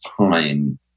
time